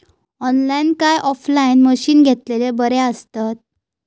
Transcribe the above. Online काय offline मशीनी घेतलेले बरे आसतात?